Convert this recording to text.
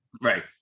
Right